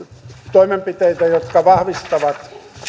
toimenpiteitä jotka vahvistavat